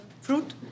fruit